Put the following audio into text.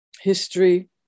history